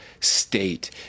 state